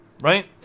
right